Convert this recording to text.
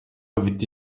afite